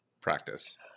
practice